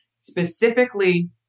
specifically